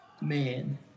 man